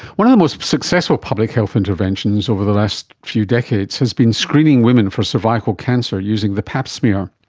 one of the most successful public health interventions over the last few decades has been screening women for cervical cancer using the pap smear.